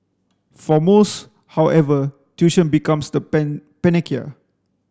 for most however tuition becomes the panacea